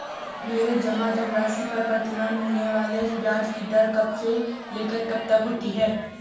मेरे जमा धन राशि पर प्रतिमाह मिलने वाले ब्याज की दर कब से लेकर कब तक होती है?